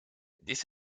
dies